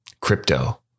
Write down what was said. crypto